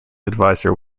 adviser